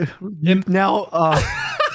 now